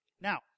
Now